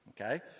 okay